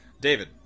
David